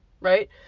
right